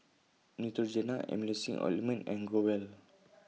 Neutrogena Emulsying Ointment and Growell